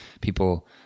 people